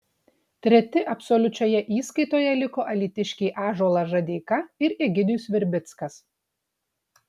treti absoliučioje įskaitoje liko alytiškiai ąžuolas žadeika ir egidijus verbickas